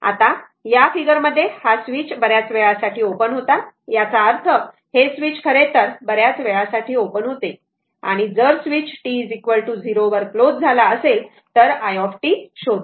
आता या फिगर मध्ये हा स्विच बऱ्याच वेळासाठी ओपन होता याचा अर्थ हे स्वीच खरेतर बऱ्याच वेळासाठी ओपन होते आणि जर स्विच t 0 वर क्लोज झाला असेल तर i t शोधा